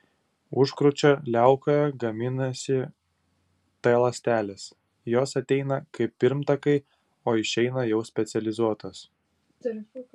užkrūčio liaukoje gaminasi t ląstelės jos ateina kaip pirmtakai o išeina jau specializuotos